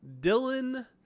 dylan